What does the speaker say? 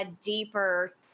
deeper